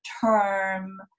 term